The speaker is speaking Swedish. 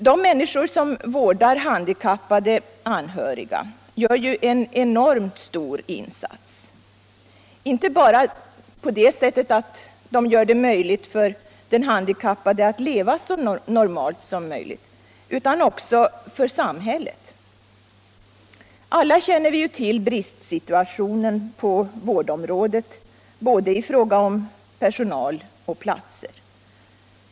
De människor som vårdar handikappade anhöriga gör ju en mycket stor insats — inte bara genom att göra det möjligt för den handikappade att leva så normalt som möjligt utan också för samhället. Alla känner vi till bristsituationen på vårdområdet både i fråga om personal och platser.